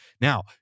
Now